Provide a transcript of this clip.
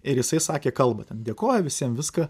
ir jisai sakė kalbą ten dėkojo visiem viską